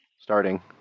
starting